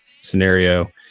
scenario